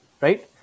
right